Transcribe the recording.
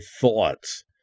thoughts